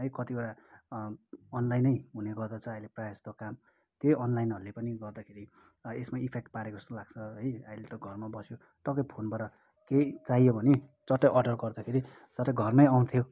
है कतिवटा अनलाइनै हुने गर्दछ अहिले प्रायः जस्तो काम त्यही अनलाइनहरूले पनि गर्दाखेरि यसमा इफेक्ट पारेको जस्तो लाग्छ है अहिले त घरमा बस्यो टक्कै फोनबाट केही चाहियो भने चट्टै अर्डर गर्दाखेरि सट्ट घरमै आउँथ्यो